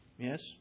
Yes